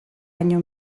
baino